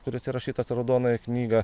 kuris įrašytas į raudonąją knygą